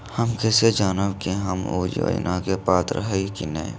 हम कैसे जानब की हम ऊ योजना के पात्र हई की न?